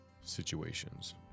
situations